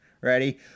Ready